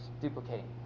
duplicating